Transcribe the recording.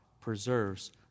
preserves